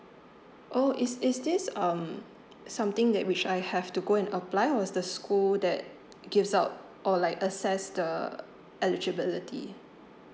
oh is is this um something that which I have to go and apply or it was the school that gives out or like assess the eligibility